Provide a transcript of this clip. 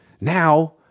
Now